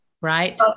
right